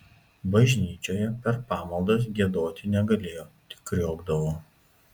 bažnyčioje per pamaldas giedoti negalėjo tik kriokdavo